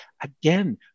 again